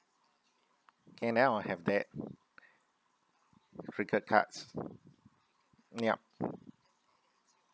can then I'll have that crinkle cuts yup